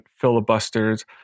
filibusters